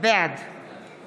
בעד